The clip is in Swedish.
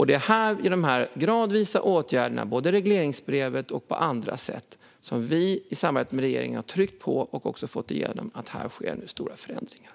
Det är med de här gradvisa åtgärderna, både i regleringsbrevet och på andra sätt, som vi i vårt samarbete med regeringen har tryckt på och fått igenom att det ska ske stora förändringar.